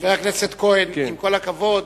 חבר הכנסת כהן, עם כל הכבוד,